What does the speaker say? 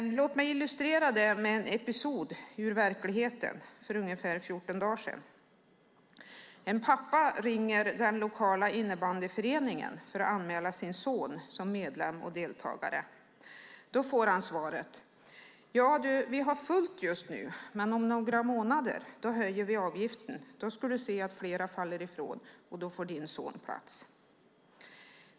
Låt mig illustrera det med en episod ur verkligheten, med något som hände för ungefär 14 dagar sedan. En pappa ringer den lokala innebandyföreningen för att anmäla sin son som medlem och deltagare. Han får svaret: Ja du, vi har fullt just nu, men om några månader höjer vi avgiften. Då ska du se att flera faller ifrån och då får din son plats.